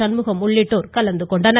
சண்முகம் உள்ளிட்டோர் கலந்து கொண்டனர்